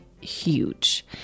huge